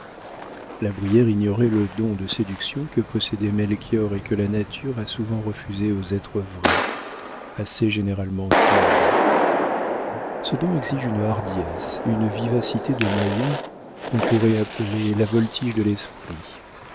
la brière ignorait le don de séduction que possédait melchior et que la nature a souvent refusé aux êtres vrais assez généralement timides ce don exige une hardiesse une vivacité de moyens qu'on pourrait appeler la voltige de l'esprit